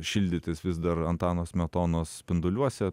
šildytis vis dar antano smetonos spinduliuose